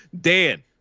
Dan